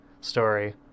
story